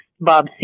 Bob